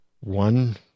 one